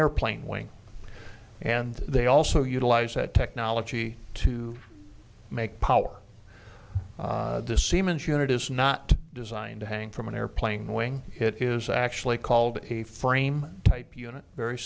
airplane wing and they also utilize that technology to make power this siemens unit is not designed to hang from an airplane wing it is actually called a frame type unit very